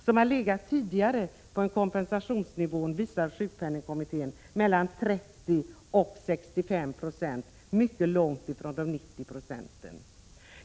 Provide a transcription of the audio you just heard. De har tidigare, visar sjukpenningkommittén, legat på en kompensationsnivå mellan 30 och 65 96 — mycket långt från de 90 Ho.